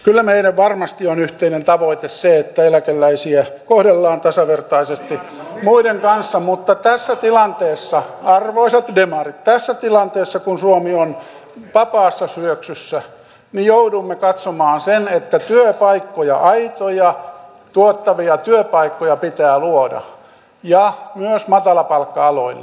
kyllä varmasti meidän yhteinen tavoitteemme on se että eläkeläisiä kohdellaan tasavertaisesti muiden kanssa mutta tässä tilanteessa arvoisat demarit tässä tilanteessa kun suomi on vapaassa syöksyssä joudumme katsomaan sen että työpaikkoja aitoja tuottavia työpaikkoja pitää luoda ja myös matalapalkka aloille